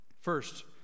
First